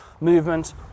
movement